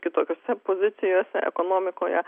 kitokiose pozicijose ekonomikoje